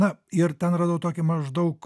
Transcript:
na ir ten radau tokį maždaug